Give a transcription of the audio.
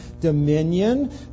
dominion